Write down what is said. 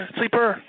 sleeper